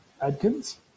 Adkins